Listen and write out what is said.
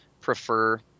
prefer